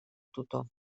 tutor